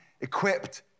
equipped